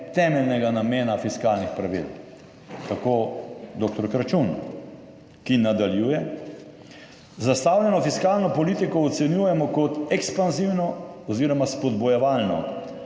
temeljnega namena fiskalnih pravil.« Tako dr. Kračun, ki nadaljuje: »Zastavljeno fiskalno politiko ocenjujemo kot ekspanzivno oziroma spodbujevalno.